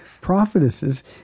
prophetesses